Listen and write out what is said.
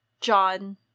John